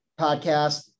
podcast